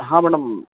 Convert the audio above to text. हाँ मैडम